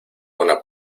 una